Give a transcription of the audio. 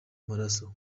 amaraso